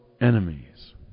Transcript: enemies